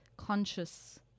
Conscious